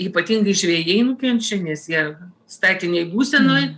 ypatingai žvejai nukenčia nes jie statinėj būsenoj